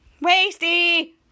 Wasty